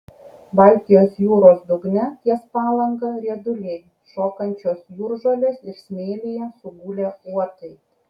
baltijos jūros dugne ties palanga rieduliai šokančios jūržolės ir smėlyje sugulę uotai